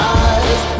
eyes